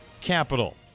capital